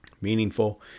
meaningful